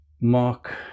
Mark